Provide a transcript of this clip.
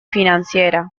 financiera